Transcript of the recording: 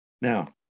Now